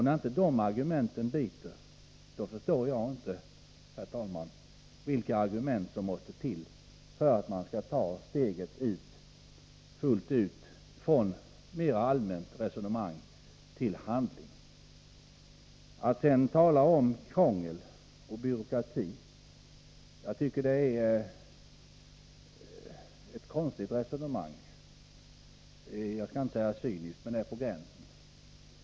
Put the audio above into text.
När inte det argumentet biter förstår jag inte, herr talman, vilka argument som måste till för att man skall ta steget från mer allmänt resonemang till handling. Att i detta sammanhang tala om krångel och byråkrati är att resonera konstigt. Jag skall inte säga att det är cyniskt, men det är på gränsen.